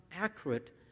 accurate